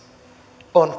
on